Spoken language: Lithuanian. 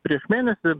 prieš mėnesį